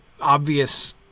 obvious